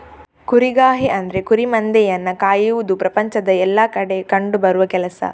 ಕುರಿಗಾಹಿ ಅಂದ್ರೆ ಕುರಿ ಮಂದೆಯನ್ನ ಕಾಯುವುದು ಪ್ರಪಂಚದ ಎಲ್ಲಾ ಕಡೆ ಕಂಡು ಬರುವ ಕೆಲಸ